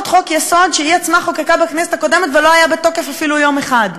חוק-יסוד שהיא עצמה חוקקה בכנסת הקודמת ולא היה בתוקף אפילו יום אחד.